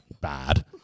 bad